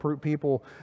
people